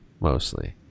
mostly